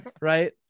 right